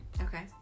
Okay